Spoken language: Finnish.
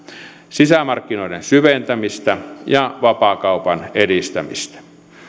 sisämarkkinoiden syventämistä ja vapaakaupan edistämistä